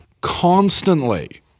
constantly